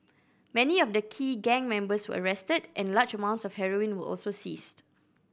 many of the key gang members were arrested and large amounts of heroin were also seized